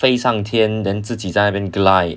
飞上天 then 自己在那边 glide